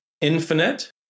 infinite